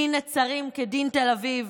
דין נצרים כדין תל אביב,